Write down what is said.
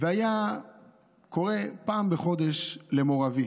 והיה קורא פעם בחודש למו"ר אבי